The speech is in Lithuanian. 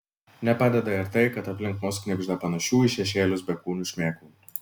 nepadeda ir tai kad aplink mus knibžda panašių į šešėlius bekūnių šmėklų